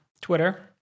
twitter